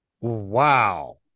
Wow